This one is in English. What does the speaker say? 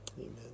amen